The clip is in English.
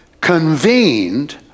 convened